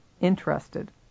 interested